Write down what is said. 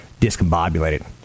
discombobulated